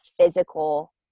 physical